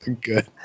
good